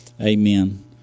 Amen